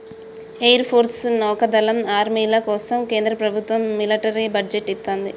air force, నౌకాదళం, ఆర్మీల కోసం కేంద్ర ప్రభత్వం మిలిటరీ బడ్జెట్ ఇత్తంది